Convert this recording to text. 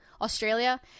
Australia